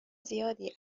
زیادی